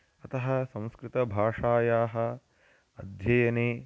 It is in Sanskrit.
अतः संस्कृतभाषायाः अध्ययने